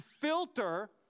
filter